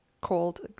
called